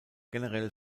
generell